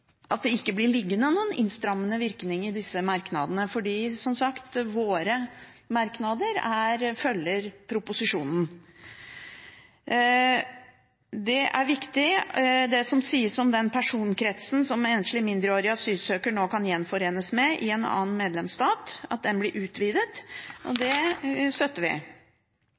innstrammende virkninger i disse merknadene, fordi – som sagt – våre merknader følger proposisjonen. Det er viktig det som sies om den personkretsen som enslige mindreårige asylsøkere kan gjenforenes med i en annen medlemsstat, at den blir utvidet. Det støtter vi.